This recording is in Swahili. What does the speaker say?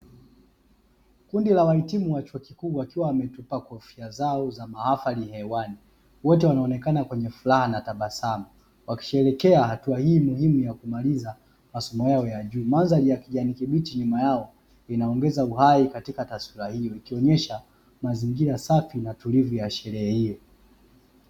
Kundi la wahitimu wa chuo kikuu wakiwa wametupa kofia zao za mahafari hewani, wote wanaonekana kwenye furaha na tabasamu wakisherehekea hatua hii muhimu ya kumaliza masomo yao ya juu. Mandhari ya kijani kibichi nyuma yao inaongeza uhai katika tasnia hii ikionyesha mazingira safi na tulivyo ya sherehe hiyo.